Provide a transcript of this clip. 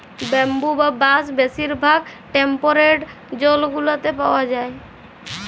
bamboo বা বাঁশ বেশির ভাগ টেম্পরেট জোল গুলাতে পাউয়া যায়